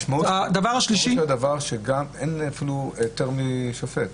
משמעות הדבר היא שאין אפילו היתר משופט.